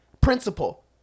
principle